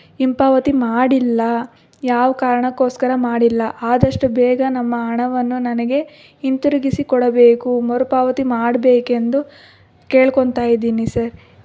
ಹಿಂಪಾವತಿ ಮಾಡಿಲ್ಲ ಯಾವ ಕಾರಣಕ್ಕೋಸ್ಕರ ಮಾಡಿಲ್ಲ ಆದಷ್ಟು ಬೇಗ ನಮ್ಮ ಹಣವನ್ನು ನನಗೆ ಹಿಂತಿರುಗಿಸಿ ಕೊಡಬೇಕು ಮರುಪಾವತಿ ಮಾಡಬೇಕೆಂದು ಕೇಳ್ಕೊತಾ ಇದ್ದೀನಿ ಸರ್